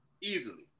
Easily